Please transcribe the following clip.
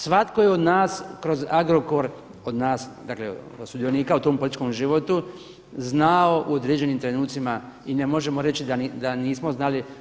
Svatko je od nas kroz Agrokor od nas, dakle od sudionika u tom političkom životu znao u određenim trenucima i ne možemo reći da nismo znali.